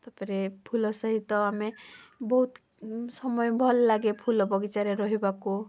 ତା'ପରେ ଫୁଲ ସହିତ ଆମେ ବହୁତ ସମୟ ଭଲ ଲାଗେ ଫୁଲ ବଗିଚାରେ ରହିବାକୁ